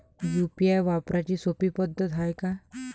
UPI वापराची सोपी पद्धत हाय का?